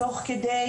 שכאשר הישיבה מתקיימת,